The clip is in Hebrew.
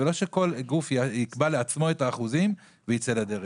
ולא שכל גוף יקבע לעצמו את האחוזים וייצא לדרך.